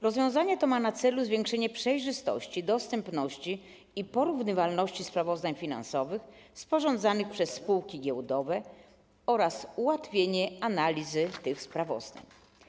Rozwiązanie to ma na celu zwiększenie przejrzystości, dostępności i porównywalności sprawozdań finansowych sporządzanych przez spółki giełdowe oraz ułatwienie analizy tych sprawozdań.